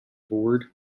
bored